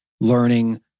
learning